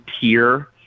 tier